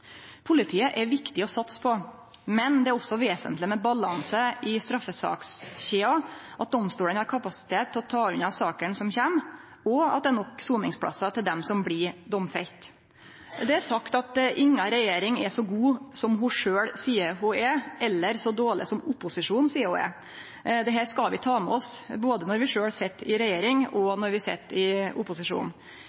Politiet er det viktig å satse på, men det er også vesentleg med balanse i straffesakskjeda, at domstolane har kapasitet til å ta unna dei sakene som kjem, og at det er nok soningsplassar til dei som blir domfelte. Det er sagt at inga regjering er så god som ho sjølv seier ho er, eller så dårleg som opposisjonen seier ho er. Dette skal vi ta med oss, både når vi sjølve sit i regjering, og